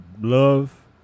love